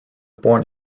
born